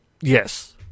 Yes